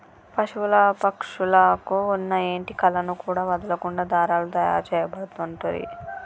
పశువుల పక్షుల కు వున్న ఏంటి కలను కూడా వదులకుండా దారాలు తాయారు చేయబడుతంటిరి